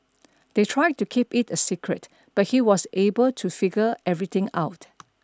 they tried to keep it a secret but he was able to figure everything out